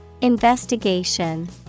Investigation